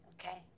Okay